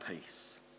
peace